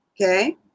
Okay